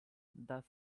the